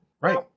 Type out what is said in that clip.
Right